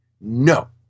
No